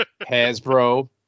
Hasbro